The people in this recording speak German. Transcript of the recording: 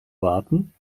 warten